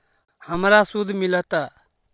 हमरा शुद्ध मिलता?